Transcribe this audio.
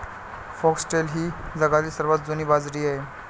foxtail ही जगातील सर्वात जुनी बाजरी आहे